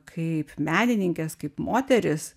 kaip menininkės kaip moterys